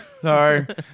Sorry